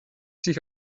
sich